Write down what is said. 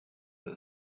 the